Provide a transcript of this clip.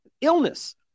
illness